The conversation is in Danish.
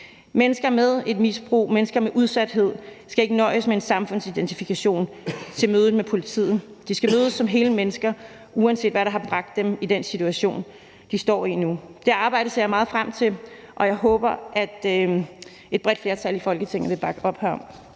Mennesker med et misbrug og mennesker med udsathed skal ikke nøjes med en samfundsidentifikation i mødet med politiet. De skal mødes som hele mennesker, uanset hvad der har bragt dem i den situation, de står i nu. Det arbejde ser jeg meget frem til, og jeg håber, at et bredt flertal i Folketinget vil bakke op herom.